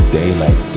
daylight